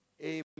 Amen